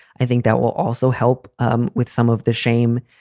i think that will also help um with some of the shame,